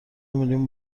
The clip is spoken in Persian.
میلیون